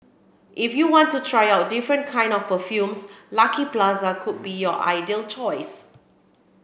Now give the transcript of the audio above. if you want to try out different kind of perfumes Lucky Plaza could be your ideal choice